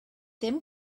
dim